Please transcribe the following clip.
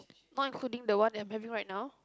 want including the one they are having right now